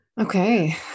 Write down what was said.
Okay